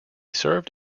served